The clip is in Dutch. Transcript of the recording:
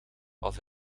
als